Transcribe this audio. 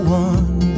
one